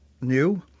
new